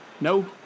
No